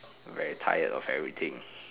very tired of everything